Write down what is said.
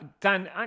dan